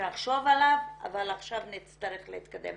שנחשוב עליו, אבל עכשיו נצטרך להתקדם